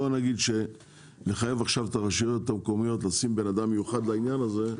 נניח נחייב עכשיו את הרשויות המקומיות לשים בן אדם מיוחד לעניין הזה,